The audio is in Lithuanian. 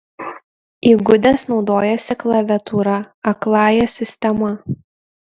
įgudęs naudojasi klaviatūra akląja sistema